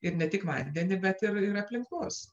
ir ne tik vandenį bet ir ir aplinkos